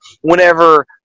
whenever